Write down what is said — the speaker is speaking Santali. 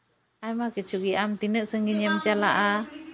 ᱟᱭᱢᱟ ᱠᱤᱪᱷᱩ ᱜᱮ ᱟᱢ ᱛᱤᱱᱟᱹᱜ ᱥᱟᱺᱜᱤᱧ ᱮᱢ ᱪᱟᱞᱟᱜᱼᱟ